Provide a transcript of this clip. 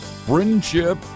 friendship